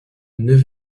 neuf